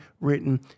written